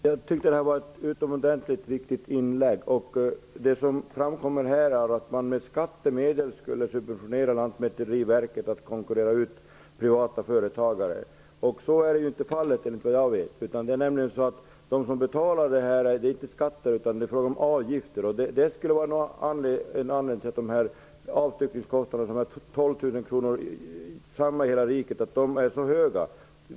Herr talman! Jag tycker att detta var ett utomordentligt viktigt inlägg. Det som här framkommer är att man med skattemedel skulle subventionera Lantmäteriverket att konkurrera ut privata företagare. Så är inte fallet, enligt vad jag vet. De som betalar för dessa tjänster betalar inte skatter, utan de betalar avgifter. Det skulle vara anledningen till att avstyckningskostnaderna på 12 000 kr, som är samma i hela riket, är så höga.